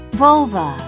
vulva